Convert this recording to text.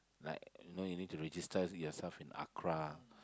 like you know you need to register yourself in ACRA